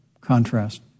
contrast